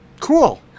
Cool